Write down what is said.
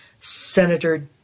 Senator